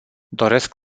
doresc